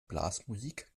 blasmusik